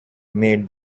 made